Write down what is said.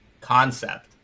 concept